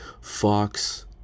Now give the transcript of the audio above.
Fox